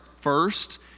first